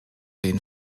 den